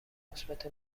مثبت